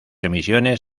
emisiones